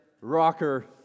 Rocker